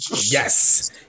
Yes